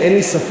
אבל אין לי ספק,